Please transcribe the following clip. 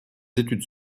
études